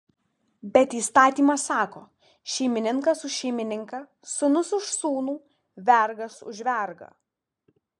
bet įstatymas sako šeimininkas už šeimininką sūnus už sūnų vergas už vergą